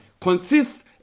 consists